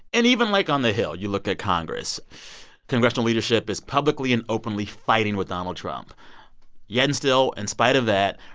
and even, like, on the hill, you look at congress congressional leadership is publicly and openly fighting with donald trump yet and still, in spite of that,